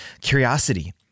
curiosity